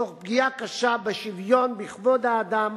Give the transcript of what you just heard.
תוך פגיעה קשה בשוויון, בכבוד האדם